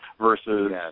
versus